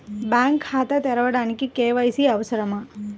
Bank ఖాతా తెరవడానికి KYC అవసరమా?